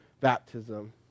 baptism